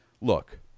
look